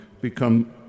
become